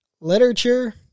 literature